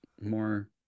more